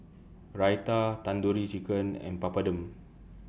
Raita Tandoori Chicken and Papadum